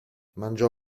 mangiò